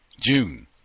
June